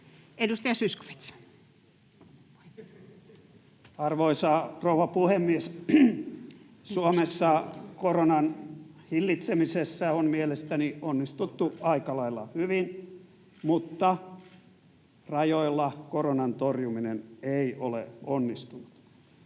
16:37 Content: Arvoisa rouva puhemies! Suomessa koronan hillitsemisessä on mielestäni onnistuttu aika lailla hyvin, mutta rajoilla koronan torjuminen ei ole onnistunut.